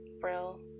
Brill